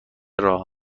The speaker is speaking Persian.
راه